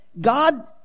God